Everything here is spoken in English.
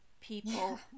people